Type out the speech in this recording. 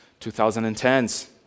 2010s